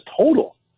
total